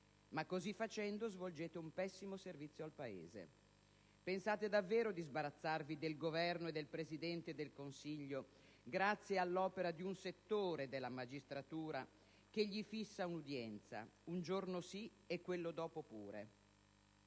Ma così facendo svolgete un pessimo servizio al Paese. Pensate davvero di sbarazzarvi del Governo e del Presidente del Consiglio grazie all'opera di un settore della magistratura che gli fissa un'udienza un giorno sì e quello dopo pure?